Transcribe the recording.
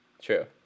true